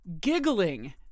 giggling